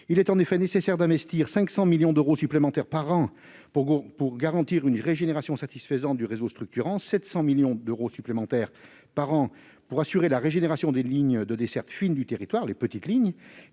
Il est en effet nécessaire d'investir 500 millions d'euros supplémentaires par an pour garantir une régénération satisfaisante du réseau structurant, 700 millions d'euros supplémentaires par an pour réussir la régénération des lignes de desserte fines du territoire, autrement dit des